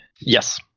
Yes